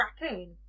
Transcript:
raccoon